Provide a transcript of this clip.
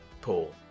Paul